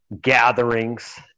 gatherings